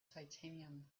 titanium